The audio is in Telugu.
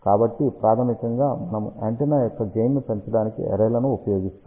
కాబట్టి ప్రాథమికంగా మనము యాంటెన్నా యొక్క గెయిన్ పెంచడానికి అర్రేలను ఉపయోగిస్తాము